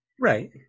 Right